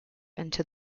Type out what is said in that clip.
into